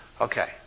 Okay